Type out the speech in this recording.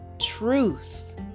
truth